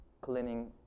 cleaning